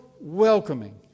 welcoming